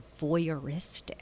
voyeuristic